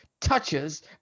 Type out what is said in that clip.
touches